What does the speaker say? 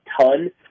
ton